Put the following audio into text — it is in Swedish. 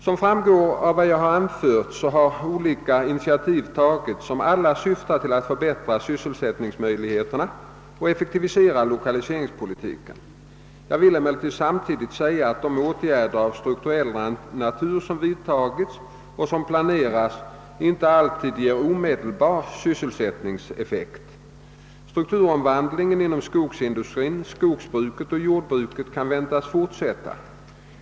Som framgår av vad jag har anfört har olika initiativ tagits som alla syftar till att förbättra sysselsättningsmöjligheterna och effektivera lokaliseringspolitiken. Jag vill emellertid samtidigt säga att de åtgärder av strukturell natur som vidtagits och som planeras inte alltid ger omedelbara sysselsättningseffekter. Strukturomvandlingen inom <skogsindustri, skogsbruk och jordbruk kan väntas fortsätta.